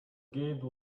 gate